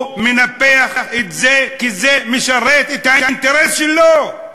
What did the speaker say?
הוא מנפח את זה כי זה משרת את האינטרס שלו.